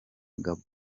gabon